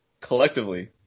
Collectively